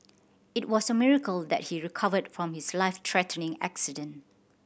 it was a miracle that he recovered from his life threatening accident